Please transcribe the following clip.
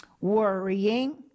worrying